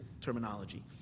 terminology